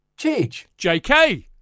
JK